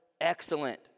Excellent